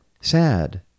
sad